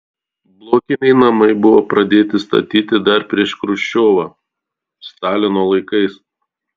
blokiniai namai buvo pradėti statyti dar prieš chruščiovą stalino laikais